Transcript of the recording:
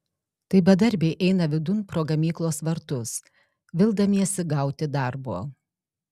tai bedarbiai eina vidun pro gamyklos vartus vildamiesi gauti darbo